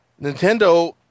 Nintendo